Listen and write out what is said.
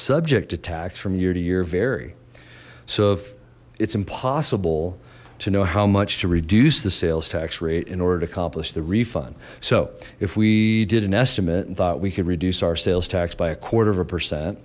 subject attacks from year to year vary so if it's impossible to know how much to reduce the sales tax rate in order to accomplish the refund so if we did an estimate we could reduce our sales tax by a quarter of a percent